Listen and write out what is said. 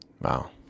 Wow